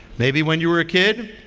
maybe when you were a kid.